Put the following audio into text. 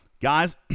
guys